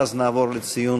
ואז נעבור לציון